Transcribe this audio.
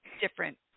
different